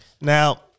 Now